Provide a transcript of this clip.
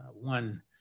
One